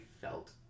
felt